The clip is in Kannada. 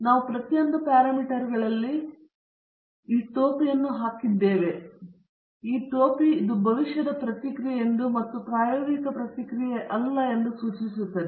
ಈಗ ನಾವು ಪ್ರತಿಯೊಂದು ಪ್ಯಾರಾಮೀಟರ್ಗಳಲ್ಲಿ ಈ ಟೋಪಿಯನ್ನು ಹಾಕಿದ್ದೇವೆ ಮತ್ತು ಪ್ರತಿಕ್ರಿಯೆ ಕೂಡಾ ಈ ಟೋಪಿ ಇದು ಭವಿಷ್ಯದ ಪ್ರತಿಕ್ರಿಯೆಯೆಂದು ಮತ್ತು ಪ್ರಾಯೋಗಿಕ ಪ್ರತಿಕ್ರಿಯೆಯಲ್ಲ ಎಂದು ಸೂಚಿಸುತ್ತದೆ